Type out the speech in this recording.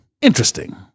interesting